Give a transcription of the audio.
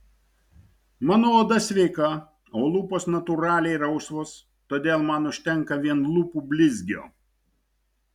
mano oda sveika o lūpos natūraliai rausvos todėl man užtenka vien lūpų blizgio